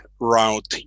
route